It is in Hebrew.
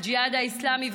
הג'יהאד האסלאמי,